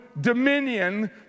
dominion